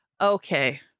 Okay